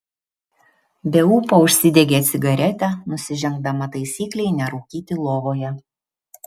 be ūpo užsidegė cigaretę nusižengdama taisyklei nerūkyti lovoje